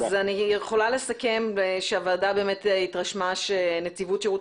אז אני יכולה לסכם שהוועדה באמת התרשמה שנציבות שירות